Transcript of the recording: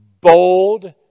Bold